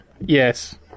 Yes